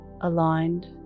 aligned